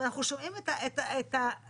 אנחנו שומעים את המפכ"ל,